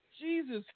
Jesus